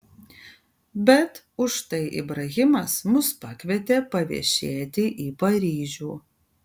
bet užtai ibrahimas mus pakvietė paviešėti į paryžių